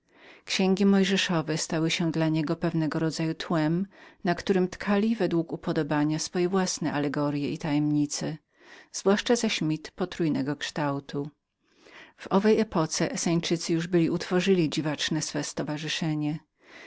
księgi mojżeszowe stały się dla nich pewnym rodzajem tła na którem przetykali według upodobania własne allegorye i tajemnice zwłaszcza zaś myt potrójnego kształtukształtu w owej epoce żydzi essenieńscy już byli utworzyli dziwaczne ich stowarzyszenie